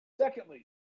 secondly